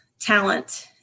talent